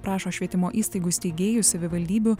prašo švietimo įstaigų steigėjų savivaldybių